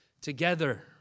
together